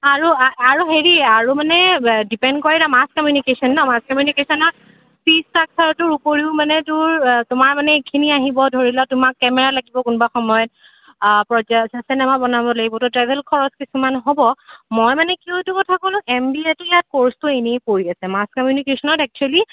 আৰু আৰু হেৰি আৰু মানে দিপেন কৰি ন মাচ কমিনিউকেশ্বন ন মাচ কমিউনিকেশ্বনত ফিজ ষ্ট্ৰাকচাৰটোৰ উপৰিও মানে তোৰ তোমাৰ মানে এইখিনি আহিব ধৰি লোৱা তোমাক কেমেৰা লাগিব কোনোবা সময়ত চিনেমা বনাব লাগিব ত' ট্ৰেভেল খৰচ কিছুমান হ'ব মই মানে কিয় এইটো কথা ক'লো এম বি এটো ইয়াত ক'ৰ্চটো এনেই পৰি আছে মাচ কমিনিউকেশ্বনত এক্সোৱেলি